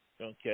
Okay